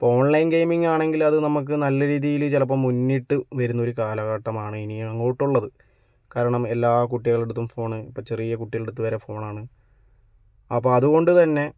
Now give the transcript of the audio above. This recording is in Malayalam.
ഓൺലൈൻ ഗെയിമിങ്ങാണെങ്കിൽ അത് നമുക്ക് നല്ല രീതിയില് ചിലപ്പം മുന്നിട്ട് വരുന്നൊരു കാലഘട്ടമാണ് ഇനി അങ്ങോട്ടുള്ളത് കാരണം എല്ലാ കുട്ടികളടുത്തും ഫോണ് ഇപ്പം ചെറിയ കുട്ടികളുടെ അടുത്ത് വരെ ഫോണാണ് അപ്പോൾ അതുകൊണ്ട് തന്നെ